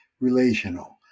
relational